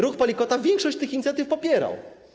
Ruch Palikota większość tych inicjatyw popierał.